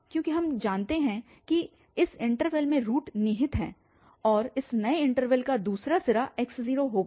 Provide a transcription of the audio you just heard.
क्योंकि हम जानते हैं कि इस इन्टरवल में रूट निहित है और इस नए इन्टरवल का दूसरा सिरा x0 होगा